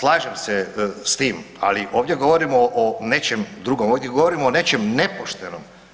Slažem se s tim, ali ovdje govorimo o nečem drugom, ovdje govorimo o nečem nepoštenom.